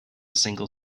single